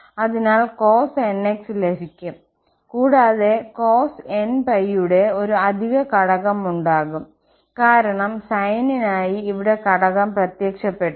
അതിനാൽ cosnx ലഭിക്കും കൂടാതെ cosnπ യുടെ ഒരു അധിക ഘടകം ഉണ്ടാകും കാരണം Sine നായി ഇവിടെ ഘടകം പ്രത്യക്ഷപ്പെട്ടില്ല